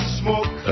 smoke